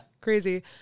crazy